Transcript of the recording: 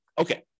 Okay